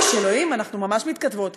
אויש, אלוהים, אנחנו ממש מתכתבות.